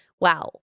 wow